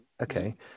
Okay